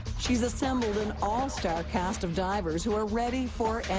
she's assembled an all-star cast of divers who are ready for